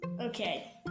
Okay